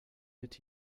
did